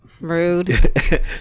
rude